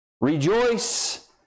Rejoice